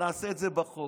נעשה את זה בחוק.